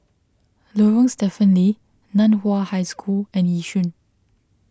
Lorong Stephen Lee Nan Hua High School and Yishun